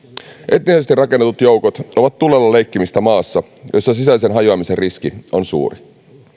etnisesti rakennetut joukot ovat tulella leikkimistä maassa jossa sisäisen hajoamisen riski on suuri